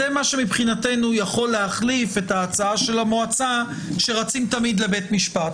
זה מה שמבחינתנו יכול להחליף את ההצעה של המועצה שרצים תמיד לבית משפט,